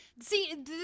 See